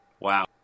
Wow